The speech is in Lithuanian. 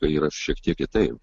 tai yra šiek tiek kitaip